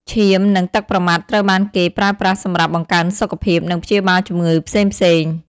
ឈាម និងទឹកប្រមាត់ត្រូវបានគេប្រើប្រាស់សម្រាប់បង្កើនសុខភាព និងព្យាបាលជំងឺផ្សេងៗ។